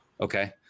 Okay